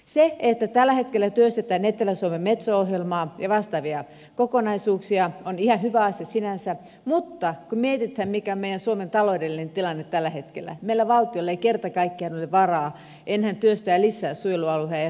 se että tällä hetkellä työstetään etelä suomen metso ohjelmaa ja vastaavia kokonaisuuksia on ihan hyvä asia sinänsä mutta kun mietitään mikä meidän suomen taloudellinen tilanne on tällä hetkellä niin meidän valtiolla ei kerta kaikkiaan ole varaa enää työstää lisää suojelualueiden toimintoja